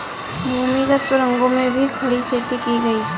भूमिगत सुरंगों में भी खड़ी खेती की गई